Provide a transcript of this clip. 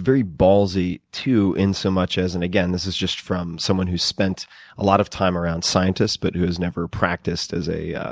very ballsy too, in so much as and, again, this is just from someone who's spent a lot of time around scientists but who has never practiced as a